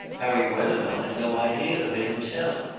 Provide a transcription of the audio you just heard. harry wethermill had no idea of it himself.